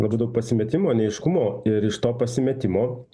labai daug pasimetimo neaiškumo ir iš to pasimetimo